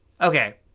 Okay